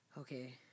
Okay